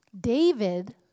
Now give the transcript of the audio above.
David